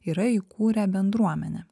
yra įkūrę bendruomenę